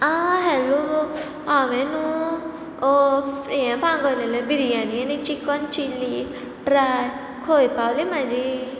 आ hello हांवें न्हू हें मागयलेलें बिरयानी चिकन चिली ड्राय खंय पावल्या म्हाजी